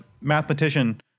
mathematician